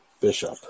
Bishop